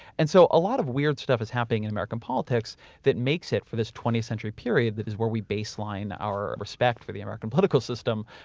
and so, a lot of weird stuff is happening in american politics that makes it for this twentieth century period, that is where we baseline our respect for the american political system.